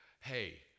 hey